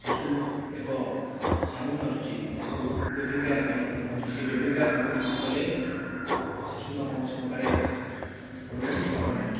ଶିଶୁ ଏକ ସାବୁନ୍ ଆସୁଛି ତାକୁ ବେବି କେୟାର୍ ପାଇଁ କୁହନ୍ତି ସେ ବେବି କେୟାର୍ ସାବୁନ୍ ୟୁଜ୍ କଲେ ଶିଶୁର କୌଣସି ପ୍ରକାର ପ୍ରୋବ୍ଲେମ୍ ହେବ ନାହିଁ